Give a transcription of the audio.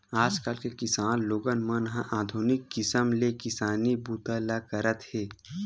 आजकाल के किसान लोगन मन ह आधुनिक किसम ले किसानी बूता ल करत हे